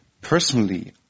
Personally